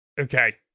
Okay